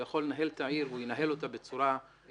הוא יכול לנהל את העיר והוא ינהל אותה בצורה מיוחדת,